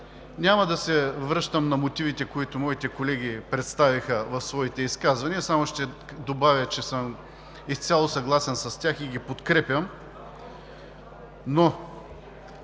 Няма да се връщам на мотивите, които моите колеги представиха в своите изказвания. Само ще добавя, че съм изцяло съгласен с тях и ги подкрепям.